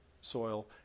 soil